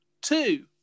two